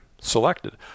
selected